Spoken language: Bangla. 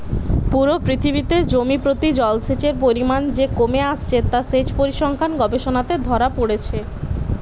পুরো পৃথিবীতে জমি প্রতি জলসেচের পরিমাণ যে কমে আসছে তা সেচ পরিসংখ্যান গবেষণাতে ধোরা পড়ছে